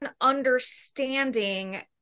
understanding